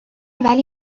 ولی